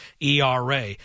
ERA